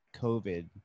COVID